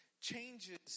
changes